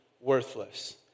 worthless